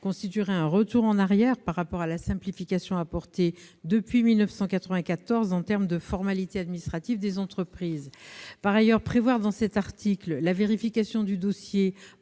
constituerait un retour en arrière par rapport à la simplification apportée depuis 1994 en matière de formalités administratives des entreprises. En outre, prévoir dans cet article la vérification du dossier